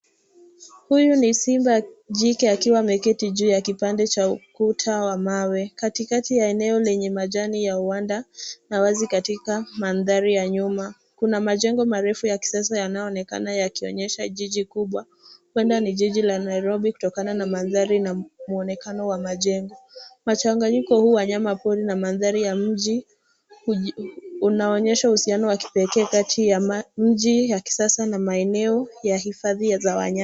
Huyu ni simba jike akiwa ameketi juu ya kipande cha ukuta wa mawe, katikati ya eneo lenye majani ya uwanda na uwazi katika mandhari ya nyuma. Kuna majengo marefu ya kisasa yanayoonekana yakionyesha jiji kubwa, huenda ni jiji la Nairobi kutokana na mandhari na muonekano wa majengo. Machanganyiko ya wanyama pori na mji unaonyesha uhusiano wa kipekee kati ya mji ya kisasa na maeneo ya hifadhi za wanyama.